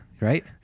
Right